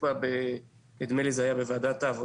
בה ונדמה לי שזה היה בוועדת העבודה